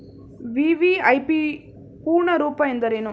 VVIP ಪೂರ್ಣ ರೂಪ ಎಂದರೇನು?